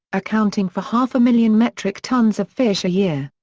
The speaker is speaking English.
accounting for half a million metric tons of fish a year.